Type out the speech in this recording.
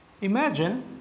imagine